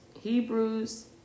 Hebrews